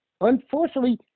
unfortunately